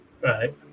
Right